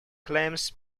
claims